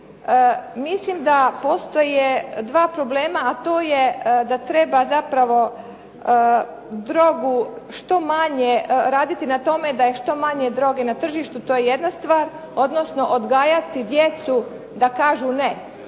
Mislim da postoje dva problema, a to je da treba zapravo drogu što manje, raditi na tome da je što manje droge na tržištu, to je jedna stvar, odnosno odgajati djecu da kažu ne.